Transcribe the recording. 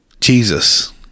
Jesus